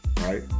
right